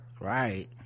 Right